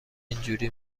اینجوری